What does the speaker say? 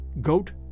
Goat